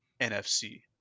nfc